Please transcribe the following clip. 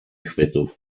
chwytów